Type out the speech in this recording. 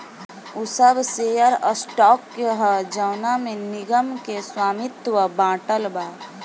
उ सब share stock ह जवना में निगम के स्वामित्व बाटल बा